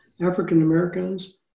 African-Americans